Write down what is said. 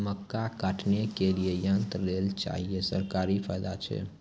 मक्का काटने के लिए यंत्र लेल चाहिए सरकारी फायदा छ?